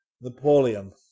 Napoleon